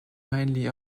mainly